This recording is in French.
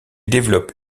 développe